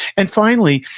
and finally,